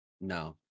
No